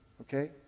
Okay